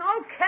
Okay